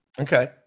Okay